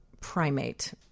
Primate